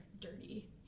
dirty